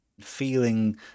feeling